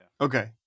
Okay